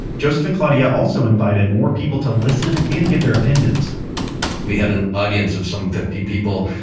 joseph and claudia also invited more people to listen and give their opinions we had an audience of some fifty people.